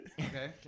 Okay